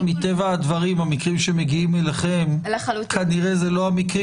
במקרים שמגיעים אליכם כנראה זה לא המקרים